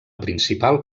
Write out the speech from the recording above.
principal